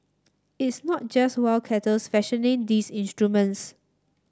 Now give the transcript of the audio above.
it's not just wildcatters fashioning these instruments